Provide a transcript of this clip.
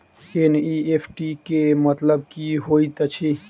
NEFT केँ मतलब की होइत अछि?